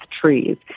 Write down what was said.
trees